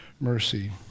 mercy